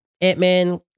Ant-Man